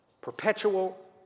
Perpetual